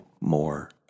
more